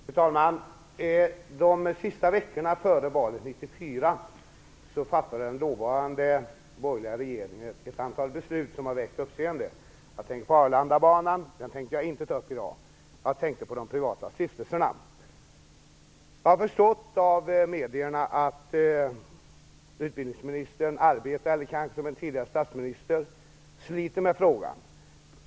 Fru talman! De sista veckorna före valet 1994 fattade den dåvarande borgerliga regeringen ett antal beslut som har väckt uppseende. Jag tänker på Arlandabanan, men den frågan skall jag inte ta upp i dag. Jag tänker på de privata stiftelserna. Jag har förstått av medierna att utbildningsministern - kanske som en tidigare statsminister - sliter med frågan.